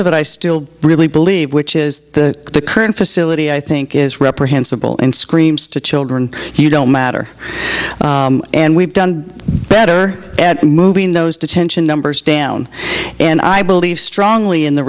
of it i still really believe which is the current facility i think is reprehensible and screams to children you don't matter and we've done better at moving those detention numbers down and i believe strongly in the